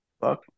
Fuck